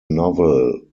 novel